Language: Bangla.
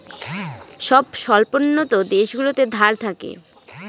সব স্বল্পোন্নত দেশগুলোতে ধার থাকে